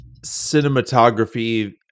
cinematography